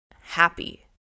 happy